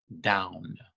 down